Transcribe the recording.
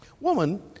Woman